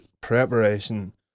preparation